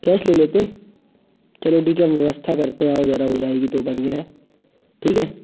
cash ले लेते चलो ठीक है हम व्यवस्था करते हैं आओ ज़रा हो जाएगी तो बढ़िया है ठीक है